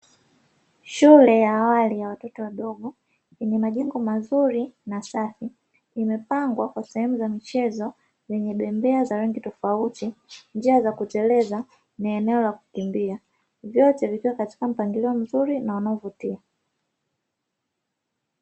Shule ya awali ya watoto wadogo yenye majengo mazuri na safi, imepangwa kwa sehemu za michezo yenye bembea tofauti, njia za kuteleza na eneo la kukimbia. Vyote vikiwa katika mpangilio mzuri na unao vutia.